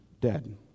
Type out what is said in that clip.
dead